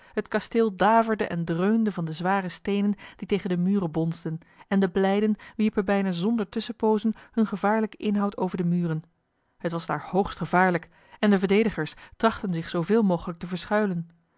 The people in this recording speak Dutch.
het kasteel daverde en dreunde van de zware steenen die tegen de muren bonsden en de blijden wierpen bijna zonder tusschenpoozen hun gevaarlijken inhoud over de muren het was daar hoogst gevaarlijk en de verdedigers trachtten zich zooveel mogelijk te verschuilen